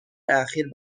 اخیر